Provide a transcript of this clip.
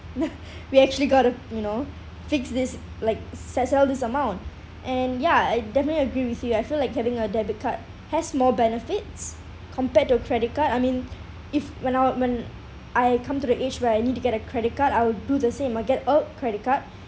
we actually got to you know fix this like se~ sell this amount and ya I definitely agree with you I feel like having a debit card has more benefits compared to credit card I mean if when I when I come to the age where I need to get a credit card I would do the same I'll get a credit card